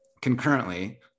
concurrently